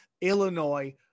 Illinois